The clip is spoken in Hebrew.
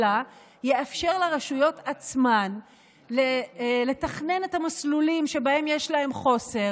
אלא הוא יאפשר לרשויות עצמן לתכנן את המסלולים שבהם יש להן חוסר,